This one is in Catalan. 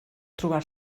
trobar